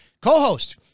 co-host